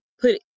put